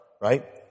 right